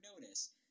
notice